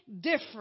different